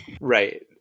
right